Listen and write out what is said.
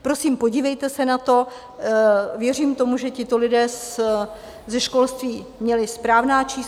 Prosím, podívejte se na to, věřím tomu, že tito lidé ze školství měli správná čísla.